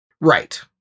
Right